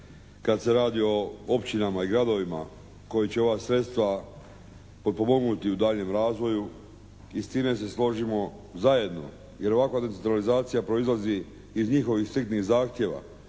kad se radi o općinama i gradovima koji će ova sredstva potpomognuti u daljnjem razvoju i s time se složimo zajedno jer ovakva decentralizacija proizlazi iz njihovih sitnih zahtjeva